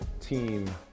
Team